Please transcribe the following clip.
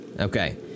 Okay